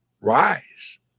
rise